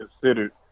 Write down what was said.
considered